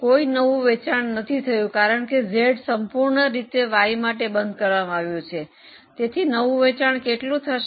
કોઈ નવું વેચાણ નથી થયું કારણ કે Z સંપૂર્ણ રીતે Y માટે બંધ કરવામાં આવ્યું છે તેથી નવું વેચાણ કેટલું થશે